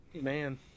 Man